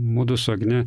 mudu su agne